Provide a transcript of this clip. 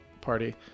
party